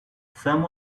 some